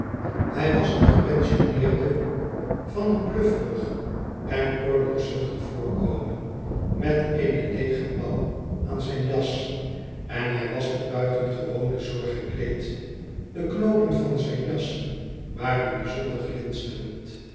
hij was een gepensioneerde van een blufferig en oorlogzuchtig voorkomen met eene leege mouw aan zijn jas en hij was met buitengewone zorg gekleed de knoopen van zijn jas waren bijzonder